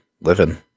living